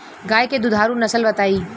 गाय के दुधारू नसल बताई?